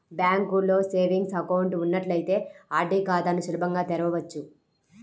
బ్యాంకులో savings account ఉన్నట్లయితే RD ఖాతాని సులభంగా తెరవచ్చు